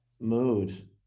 mood